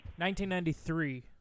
1993